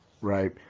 Right